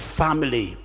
family